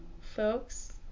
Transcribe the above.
folks